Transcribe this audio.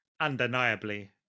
undeniably